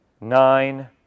Nine